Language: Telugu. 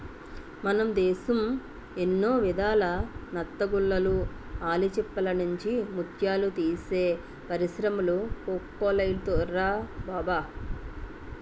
మన దేశం ఎన్నో విధాల నత్తగుల్లలు, ఆల్చిప్పల నుండి ముత్యాలు తీసే పరిశ్రములు కోకొల్లలురా బావా